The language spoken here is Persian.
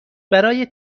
برای